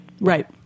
Right